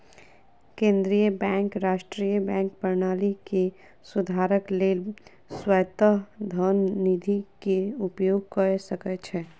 केंद्रीय बैंक राष्ट्रीय बैंक प्रणाली के सुधारक लेल स्वायत्त धन निधि के उपयोग कय सकै छै